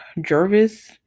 Jervis